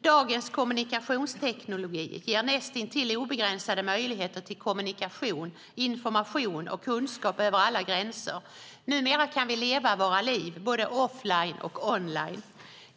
Dagens kommunikationsteknik ger näst intill obegränsade möjligheter till kommunikation, information och kunskap över alla gränser. Numera kan vi leva våra liv både offline och online.